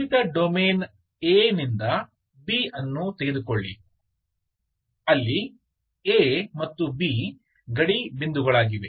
ಸೀಮಿತ domain a ನಿಂದ b ಅನ್ನು ತೆಗೆದುಕೊಳ್ಳಿ ಅಲ್ಲಿ a ಮತ್ತು b ಗಡಿ ಬಿಂದುಗಳಾಗಿವೆ